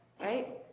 right